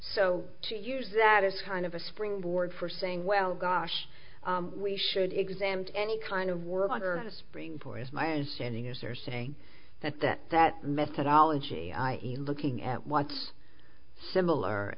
so to use that as kind of a springboard for saying well gosh we should exams any kind of work under the spring for is my understanding is they're saying that that that methodology i e looking at what's similar